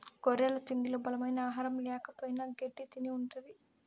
గొర్రెల తిండిలో బలమైన ఆహారం ల్యాకపోయిన గెడ్డి తిని ఉంటది